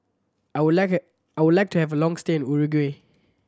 I would like a I would like to have a long stay in Uruguay